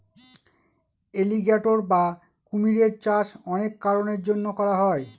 alligator বা কুমিরের চাষ অনেক কারনের জন্য করা হয়